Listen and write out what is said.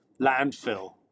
landfill